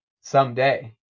someday